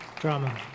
Drama